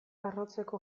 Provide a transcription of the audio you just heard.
arrotzeko